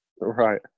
right